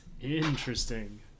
Interesting